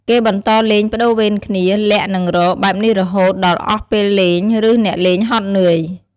គេបន្តលេងប្ដូរវេនគ្នា លាក់ និងរក បែបនេះរហូតដល់អស់ពេលលេង ឬអ្នកលេងហត់នឿយ។